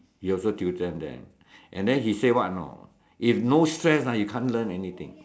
he also tutor them and then he say what know if no stress ah you can't learn anything